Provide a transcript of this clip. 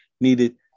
needed